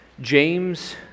James